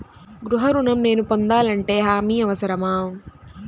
గృహ ఋణం నేను పొందాలంటే హామీ అవసరమా?